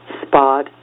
spot